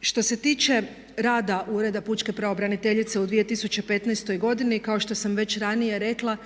Što se tiče rada Ureda pučke pravobraniteljice u 2015. godini kao što sam već ranije rekla